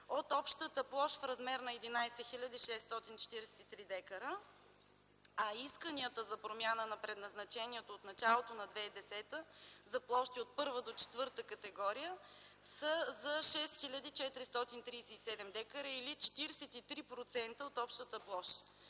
от общата площ в размер на 11 хил. 643 дка, а исканията за промяна на предназначението от началото на 2010 г. за площи от първа до четвърта категория са за 6437 дка или 43% от общата площ,